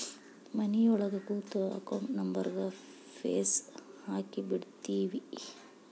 ಮನಿಯೊಳಗ ಕೂತು ಅಕೌಂಟ್ ನಂಬರ್ಗ್ ಫೇಸ್ ಹಾಕಿಬಿಡ್ತಿವಿ